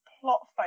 plot